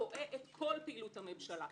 רואה את כל פעילות הממשלה,